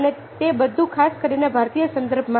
અને તે બધું ખાસ કરીને ભારતીય સંદર્ભમાં